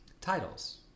titles